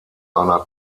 einer